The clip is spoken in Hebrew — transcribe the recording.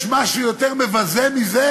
יש משהו יותר מבזה מזה?